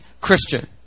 Christian